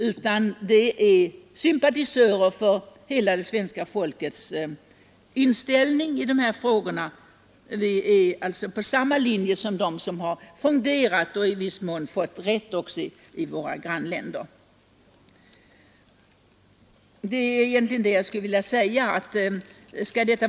Vi är ju på samma linje som dem som i våra grannländer fronderat och i viss mån också fått rätt, och det gäller nästan hela svenska folkets inställning i dessa frågor.